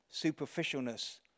superficialness